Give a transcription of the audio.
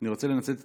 אני רוצה לנצל את